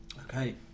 Okay